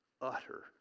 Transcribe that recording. utter